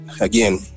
again